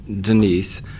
Denise